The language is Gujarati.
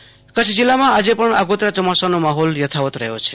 વરસાદ કચ્છ કચ્છ જીલ્લામાં આજે પણ આગોતરા યોમાસાનો માહોલ યથાવત રહ્યો છે